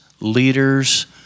leader's